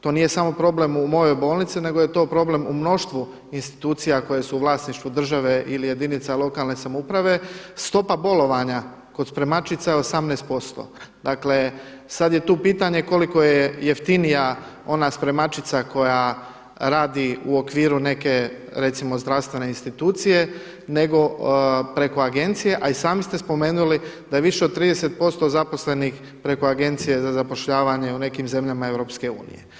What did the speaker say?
To nije samo problem u mojoj bolnici nego je to problem u mnoštvu institucija koje su u vlasništvu države ili jedinica lokalne samouprave stopa bolovanja kod spremačica je 18%. dakle sada je tu pitanje koliko je jeftinija ona spremačica koja radi u okviru neke recimo zdravstvene institucije nego preko agencije, a i sami ste spomenuli da je više od 30% zaposlenih preko agencije za zapošljavanjem u nekim zemljama EU.